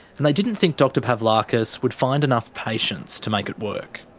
and they didn't think dr pavlakis would find enough patients to make it work.